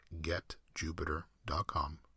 getjupiter.com